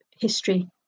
history